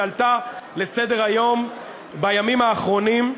שעלתה לסדר-היום בימים האחרונים,